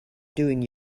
doing